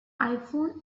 iphone